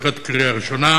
לקראת קריאה ראשונה.